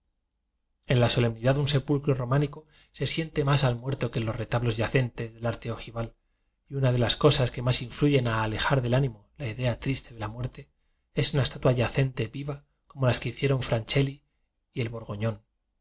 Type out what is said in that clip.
en la solemnidad de un sepulcro románi co se siente más al muerto que en los reta blos yacentes del arte ojival y una de las cosas que más influyen a alejar del ánimo la idee triste de la muerte es una estatua yacente viva como las que hicieron francheli y el